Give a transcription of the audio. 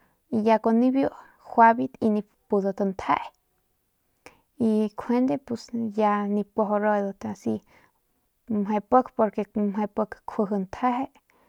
Y ya kun nibiu juaybet biu njee y juande pus ya nip kuajau ruadat meje pik porque meje pik kjuiji ntjee.